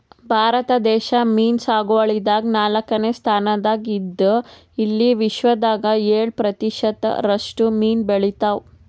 ಭಾರತ ದೇಶ್ ಮೀನ್ ಸಾಗುವಳಿದಾಗ್ ನಾಲ್ಕನೇ ಸ್ತಾನ್ದಾಗ್ ಇದ್ದ್ ಇಲ್ಲಿ ವಿಶ್ವದಾಗ್ ಏಳ್ ಪ್ರತಿಷತ್ ರಷ್ಟು ಮೀನ್ ಬೆಳಿತಾವ್